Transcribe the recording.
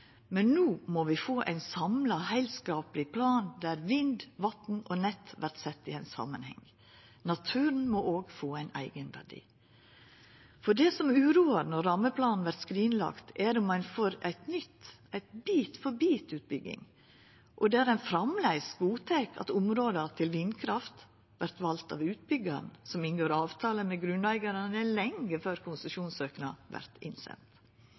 Men no må vi få ein samla, heilskapleg plan der vind, vatn og nett vert sett i ein samanheng. Naturen må òg få ein eigenverdi. For det som uroar når rammeplanen vert skrinlagd, er om ein på nytt får ei bit-for-bit-utbygging og framleis godtek at områda til vindkraft vert valde av utbyggjaren, som inngår avtale med grunneigarane lenge før konsensjonssøknad vert innsend.